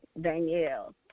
Danielle